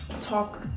talk